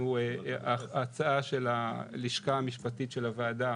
שההצעה של הלשכה המשפטית של הוועדה